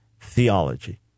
theology